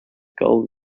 gull